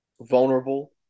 vulnerable